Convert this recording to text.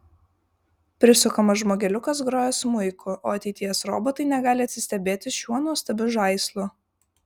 prisukamas žmogeliukas groja smuiku o ateities robotai negali atsistebėti šiuo nuostabiu žaislu